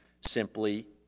simply